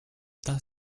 does